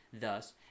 Thus